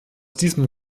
diesem